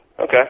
Okay